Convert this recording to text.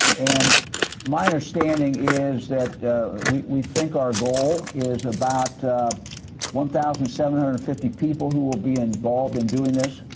and my understanding is that we think our goal is about one thousand seven hundred and fifty people who will be involved in doing this?